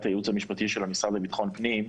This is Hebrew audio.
הייעוץ המשפטי של המשרד לביטחון פנים,